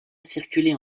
circuler